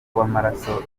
w’amaraso